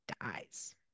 dies